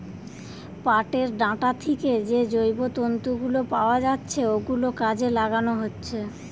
পাটের ডাঁটা থিকে যে জৈব তন্তু গুলো পাওয়া যাচ্ছে ওগুলো কাজে লাগানো হচ্ছে